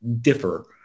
differ